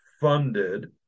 funded